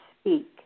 Speak